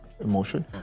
emotion